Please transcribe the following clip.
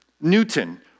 Newton